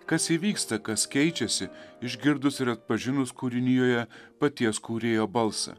kas įvyksta kas keičiasi išgirdus ir atpažinus kūrinijoje paties kūrėjo balsą